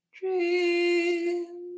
dream